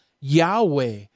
Yahweh